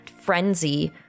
frenzy